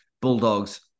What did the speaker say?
Bulldogs